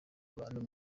abantu